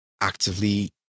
actively